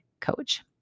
coach